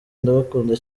ndabakunda